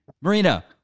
Marina